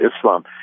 Islam